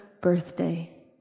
birthday